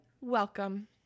Welcome